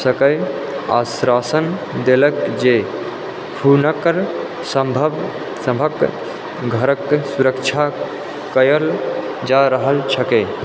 सकै आ आश्वासन देलक जे हुनकरसभक घरक सुरक्षा कयल रहल जाइत छै